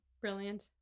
Brilliant